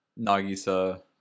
Nagisa